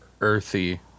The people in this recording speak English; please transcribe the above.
earthy